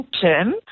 term